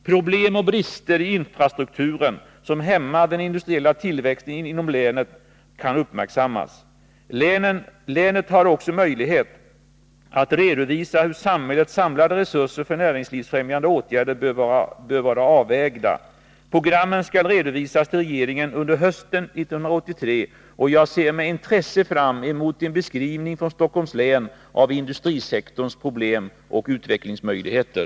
Problem och brister i infrastrukturen som hämmar den industriella tillväxten inom länet kan uppmärksammas. Länet har också möjlighet att redovisa hur samhällets samlade resurser för näringslivsfrämjande åtgärder bör vara avvägda. Programmen skall redovisas till regeringen under hösten 1983, och jag ser med intresse fram emot en beskrivning från Stockholms län av industrisektorns problem och utvecklingsmöjligheter.